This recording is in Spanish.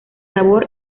sabor